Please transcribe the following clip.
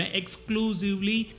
exclusively